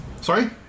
Sorry